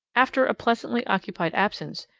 after a pleasantly occupied absence,